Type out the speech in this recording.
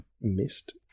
missed